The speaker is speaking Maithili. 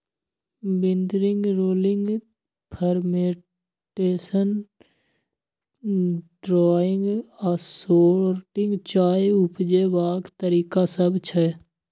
बिदरिंग, रोलिंग, फर्मेंटेशन, ड्राइंग आ सोर्टिंग चाय उपजेबाक तरीका सब छै